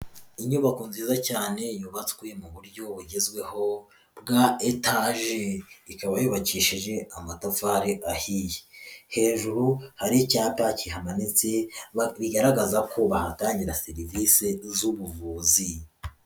Inyubako nziza cyane yubatswe mu buryo bugezweho bwa etaje, ikaba yubakishije amatafari ahiye, hejuru hari icyapa kihamanitse bigaragaza ko bahatangira serivisi z'ubuvuzi.